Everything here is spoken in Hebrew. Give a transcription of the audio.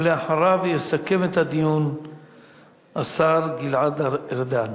ואחריו יסכם את הדיון השר גלעד ארדן.